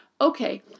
Okay